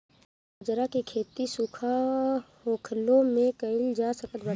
बजरा के खेती सुखा होखलो में कइल जा सकत बाटे